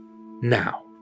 Now